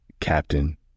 Captain